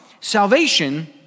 Salvation